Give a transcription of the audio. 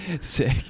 Sick